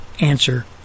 answer